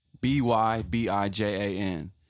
B-Y-B-I-J-A-N